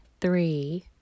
three